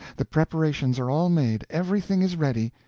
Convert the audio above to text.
the preparations are all made everything is ready.